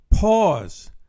pause